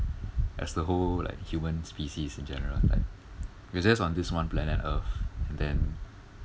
as the whole like human species in general we are just on this one planet earth then